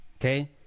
okay